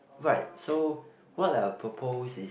right so what I'll propose is